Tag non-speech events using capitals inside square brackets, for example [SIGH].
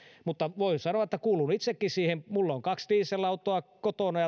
mutta voin sanoa että kuulun itsekin siihen minulla on kaksi dieselautoa kotona [UNINTELLIGIBLE]